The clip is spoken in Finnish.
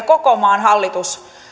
koko maan hallitus